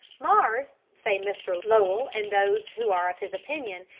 mars, say mr lowell and those who are of his opinion,